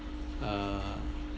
uh